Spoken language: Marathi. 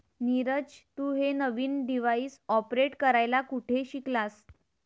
नीरज, तू हे नवीन डिव्हाइस ऑपरेट करायला कुठे शिकलास?